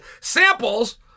Samples